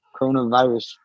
coronavirus